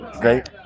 Great